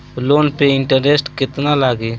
Loan पे interest केतना लागी?